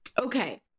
Okay